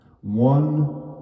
One